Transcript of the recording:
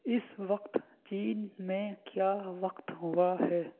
اس وقت چین میں کیا وقت ہوا ہے